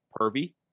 pervy